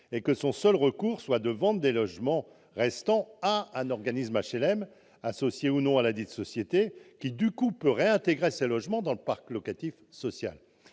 et que son seul recours soit de vendre les logements restants à un organisme d'HLM, associé ou non de ladite société, qui peut dès lors les réintégrer dans le parc locatif social.